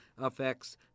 affects